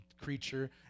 creature